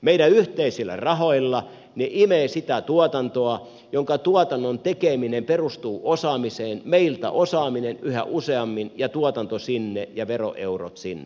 meidän yhteisillä rahoilla ne imevät sitä tuotantoa jonka tekeminen perustuu osaamiseen meiltä osaaminen ja tuotanto yhä useammin menevät sinne ja veroeurot sinne